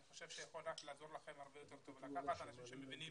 אני חושב שזה יכול לעזור לכם הרבה יותר טוב לקחת אנשים שמבינים